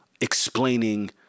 explaining